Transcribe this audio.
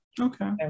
okay